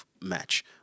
match